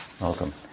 welcome